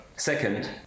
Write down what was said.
Second